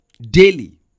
Daily